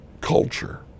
culture